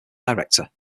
director